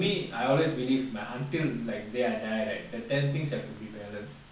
to me I always believe like until like the day I die right the ten things have to be balanced